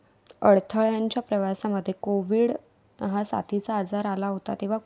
अडथळ्यांच्या प्रवासामध्ये कोविड हा साथीचा आजार आला होता तेव्हा खूप